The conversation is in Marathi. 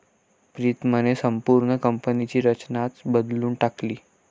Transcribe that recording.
प्रीतमने संपूर्ण कंपनीची रचनाच बदलून टाकली